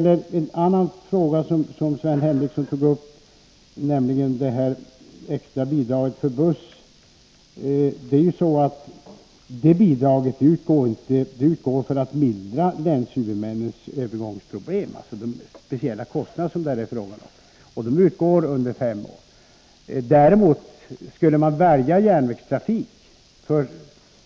Sven Henricsson tog också upp frågan om det extra bidraget för busstrafik. Det bidraget skall utgå under fem år för att mildra länshuvudmännens övergångsproblem. Skulle man välja järnvägstrafik för